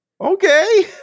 Okay